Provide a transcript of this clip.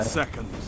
seconds